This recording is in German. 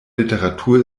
literatur